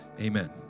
amen